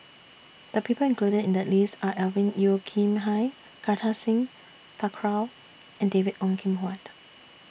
The People included in The list Are Alvin Yeo Khirn Hai Kartar Singh Thakral and David Ong Kim Huat